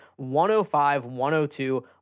105-102